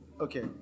okay